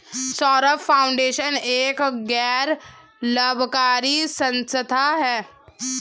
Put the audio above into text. Saurabh foundation एक गैर लाभकारी संस्था है